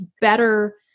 better